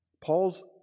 Paul's